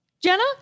Jenna